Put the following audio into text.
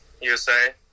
USA